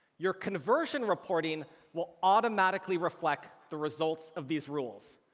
your conversion reporting will automatically reflect the results of these rules.